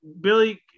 Billy